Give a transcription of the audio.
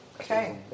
Okay